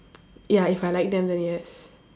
ya if I like them then yes